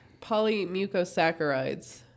Polymucosaccharides